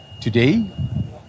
Today